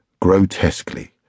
Grotesquely